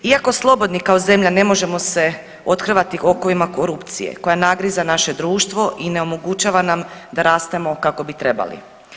Iako slobodni kao zemlja ne možemo se othrvati okovima korupcije koja nagriza naše društvo i ne omogućava nam da rastemo kako bi trebali.